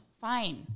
fine